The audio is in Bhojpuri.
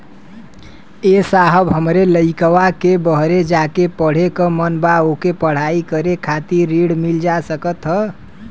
ए साहब हमरे लईकवा के बहरे जाके पढ़े क मन बा ओके पढ़ाई करे खातिर ऋण मिल जा सकत ह?